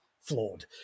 flawed